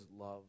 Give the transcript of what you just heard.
love